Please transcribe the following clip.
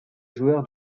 joueur